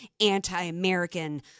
anti-american